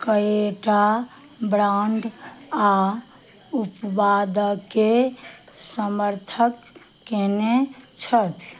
कएकटा ब्राण्ड आओर उत्पादके समर्थन कएने छथि